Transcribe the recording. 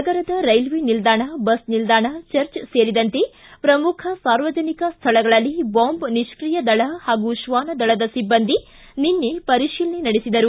ನಗರದ ರೈಲ್ವೆ ನಿಲ್ದಾಣ ಬಸ್ನಿಲ್ದಾಣ ಚರ್ಚ್ ಸೇರಿದಂತೆ ಪ್ರಮುಖ ಸಾರ್ವಜನಿಕ ಸ್ಥಳಗಳಲ್ಲಿ ಬಾಂಬ್ ನಿಷ್ಕೀಯ ದಳ ಹಾಗೂ ಶ್ವಾನದಳ ಸಿಬ್ಬಂದಿ ನಿನ್ನೆ ಪರಿಶೀಲನೆ ನಡೆಸಿದರು